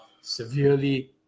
severely